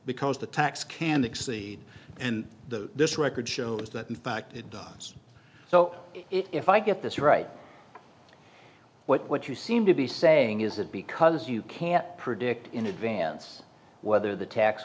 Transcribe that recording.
because the tax can't exceed and the this record shows that in fact it does so if i get this right what you seem to be saying is that because you can't predict in advance whether the tax